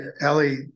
Ellie